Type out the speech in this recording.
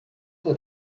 for